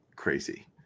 crazy